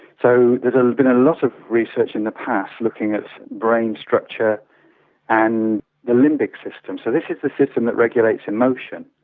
so there's been a lot of research in the past looking at brain structure and the limbic system. so this is the system that regulates emotion,